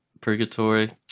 Purgatory